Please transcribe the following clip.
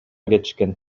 кетишкен